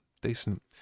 decent